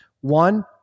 One